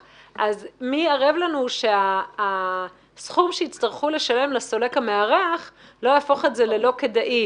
מי ערב לנו שהסכום שיצטרכו לשלם לסולק המארח לא יהפוך את זה ללא כדאי.